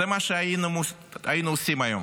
זה מה שהיינו עושים היום.